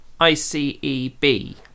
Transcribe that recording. ICEB